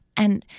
and,